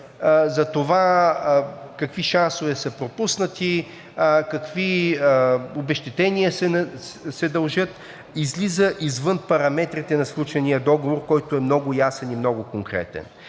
за това какви шансове са пропуснати, какви обезщетения се дължат, излиза извън параметрите на сключения договор, който е много ясен и много конкретен.